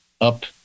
up